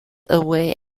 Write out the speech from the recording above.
away